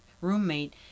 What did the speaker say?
roommate